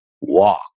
walk